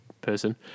person